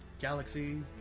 Galaxy